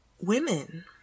women